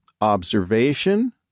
observation